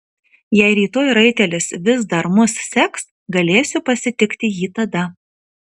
jei rytoj raitelis vis dar mus seks galėsiu pasitikti jį tada